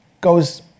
goes